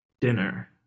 Dinner